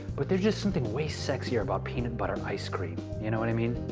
but there's just something way sexier about peanut butter ice cream. you know what i mean?